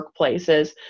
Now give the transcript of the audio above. workplaces